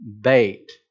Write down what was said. bait